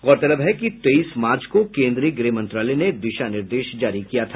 गौरतलब है कि तेईस मार्च को केन्द्रीय गृह मंत्रालय ने दिशा निर्देश जारी किया था